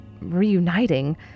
reuniting